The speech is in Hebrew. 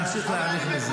נמשיך להעמיק בזה.